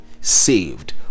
saved